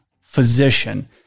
physician